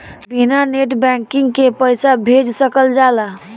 बिना net banking के पईसा भेज सकल जाला?